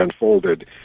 unfolded